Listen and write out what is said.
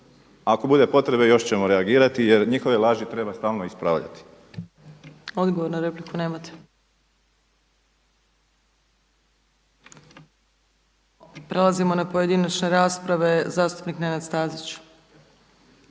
Ako bude potrebe još ćemo reagirati jer njihove laži treba stalno ispravljati. **Opačić, Milanka (SDP)** Odgovor na repliku. Nemate? Prelazimo na pojedinačne rasprave. Zastupnik Nenad Stazić.